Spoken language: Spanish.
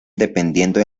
dependiendo